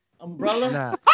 Umbrella